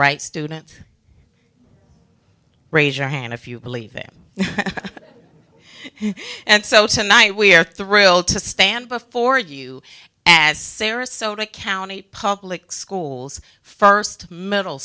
right student raise your hand if you believe it and so tonight we are thrilled to stand before you as sarasota county public schools first middle